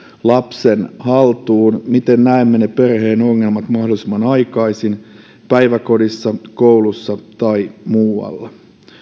lapsen haltuun miten näemme ne perheen ongelmat mahdollisimman aikaisin päiväkodissa koulussa tai muualla